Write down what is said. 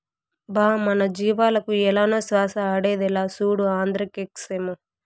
బా మన జీవాలకు ఏలనో శ్వాస ఆడేదిలా, సూడు ఆంద్రాక్సేమో